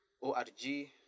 Org